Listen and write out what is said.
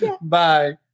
bye